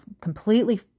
completely